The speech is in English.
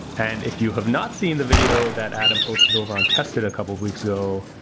and if you have not seen the video that adam posted over on tested a couple of weeks ago,